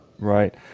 Right